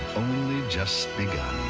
only just begun.